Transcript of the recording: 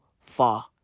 far